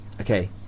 Okay